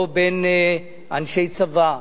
לא בין אנשי צבא,